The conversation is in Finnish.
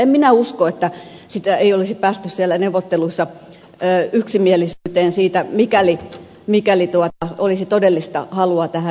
en minä usko että ei olisi päästy siellä neuvotteluissa yksimielisyyteen siitä mikäli olisi todellista halua tähän riittänyt